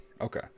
Okay